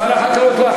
שר החקלאות או שר התמ"ת?